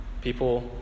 People